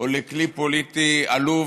או לכלי פוליטי עלוב,